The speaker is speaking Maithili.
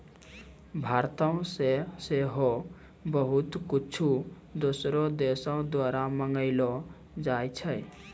भारतो से सेहो बहुते कुछु दोसरो देशो द्वारा मंगैलो जाय छै